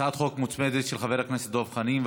הצעת חוק מוצמדת של חבר הכנסת דב חנין.